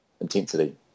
intensity